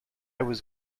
was